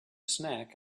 snack